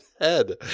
head